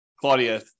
Claudia